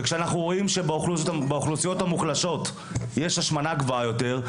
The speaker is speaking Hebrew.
כשאנחנו רואים שבאוכלוסיות המוחלשות יש השמנה גבוהה יותר,